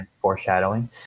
Foreshadowing